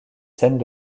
scènes